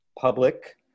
public